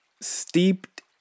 steeped